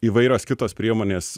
įvairios kitos priemonės